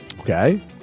Okay